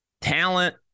Talent